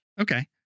Okay